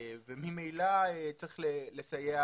ומימלא צריך לסייע,